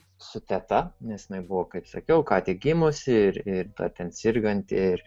su teta nes jinai buvo kaip sakiau ką tik gimusi ir ta ten serganti ir